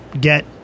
get